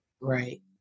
Right